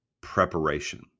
preparation